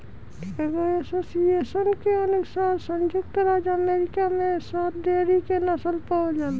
एगो एसोसिएशन के अनुसार संयुक्त राज्य अमेरिका में सात डेयरी के नस्ल पावल जाला